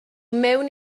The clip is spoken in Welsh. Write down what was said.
mewn